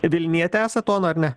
vilnietė esat ona ar ne